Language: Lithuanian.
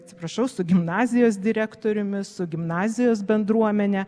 atsiprašau su gimnazijos direktoriumi su gimnazijos bendruomene